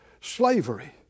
slavery